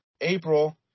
April